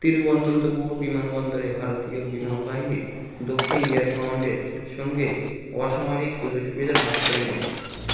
তিরুঅনন্তপুর বিমানবন্দরে ভারতীয় বিমান বাহিনীর দক্ষিণ এয়ার কমাণ্ডের সঙ্গে অসামরিক সুযোগ সুবিধা ভাগ করে নেয়